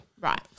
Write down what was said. Right